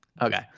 Okay